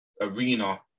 arena